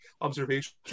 observation